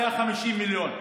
היו 50 מיליון.